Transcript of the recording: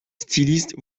styliste